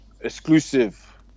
exclusive